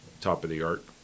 top-of-the-art